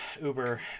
Uber